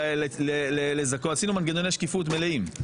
עשינו מנגנוני שקיפות מלאים.